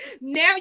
Now